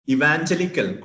Evangelical